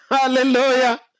Hallelujah